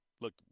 look